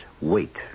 wait